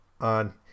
on